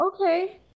okay